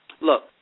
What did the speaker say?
look